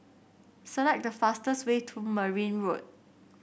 select the fastest way to Merryn Road